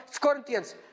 Corinthians